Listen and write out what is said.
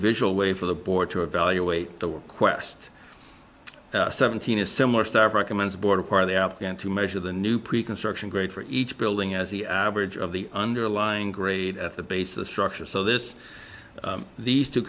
visual way for the board to evaluate the quest seventeen a similar style of recommends board part of the afghan to measure the new pre construction grade for each building as the average of the underlying grade at the base of the structure so this these two